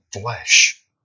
flesh